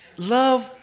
Love